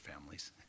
families